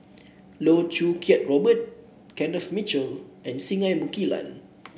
Loh Choo Kiat Robert Kenneth Mitchell and Singai Mukilan